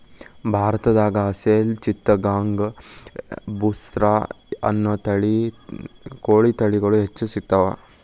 ಭಾರತದಾಗ ಅಸೇಲ್ ಚಿತ್ತಗಾಂಗ್ ಬುಸ್ರಾ ಅನ್ನೋ ಕೋಳಿ ತಳಿಗಳು ಹೆಚ್ಚ್ ಸಿಗತಾವ